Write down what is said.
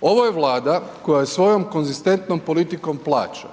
Ovo je Vlada koja je svojom konzistentnom politikom plaća